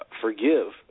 forgive